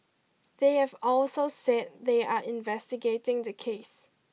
they have also said they are investigating the case